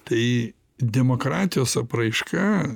tai demokratijos apraiška